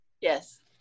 Yes